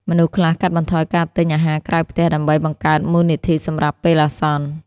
មនុស្សខ្លះកាត់បន្ថយការទិញអាហារក្រៅផ្ទះដើម្បីបង្កើតមូលនិធិសម្រាប់ពេលអាសន្ន។